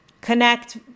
connect